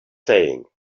saying